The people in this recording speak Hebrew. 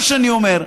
מה שאני אומר,